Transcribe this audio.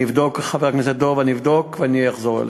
אני אבדוק ואני אחזור אליך.